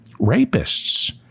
Rapists